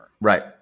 right